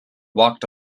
walked